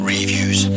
Reviews